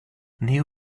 new